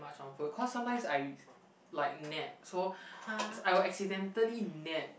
much on food cause sometimes I like nap so I will accidentally nap